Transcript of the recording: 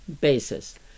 basis